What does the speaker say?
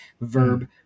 verb